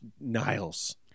Niles